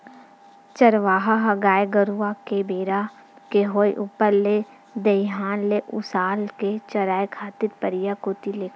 चरवाहा ह गाय गरु ल बेरा के होय ऊपर ले दईहान ले उसाल के चराए खातिर परिया कोती लेगथे